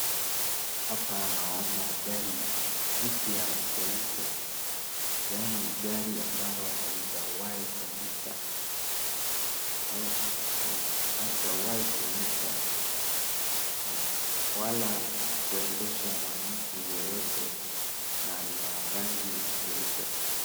Hapa naona gari jipya jeupe yaani gari ambalo halijawahi tumika au halijawahi tumika wala kuendeshwa na mtu yeyote na lina rangi jeupe.